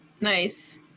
Nice